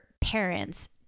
parents